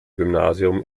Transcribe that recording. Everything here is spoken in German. gymnasium